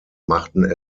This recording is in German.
machten